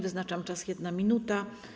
Wyznaczam czas - 1 minuta.